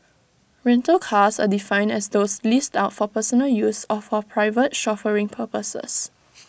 rental cars are defined as those leased out for personal use or for private chauffeuring purposes